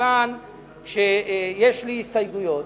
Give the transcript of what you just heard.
מכיוון שיש לי הסתייגויות,